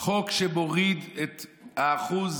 חוק שמוריד את אחוז